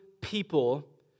people